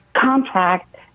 contract